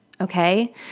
Okay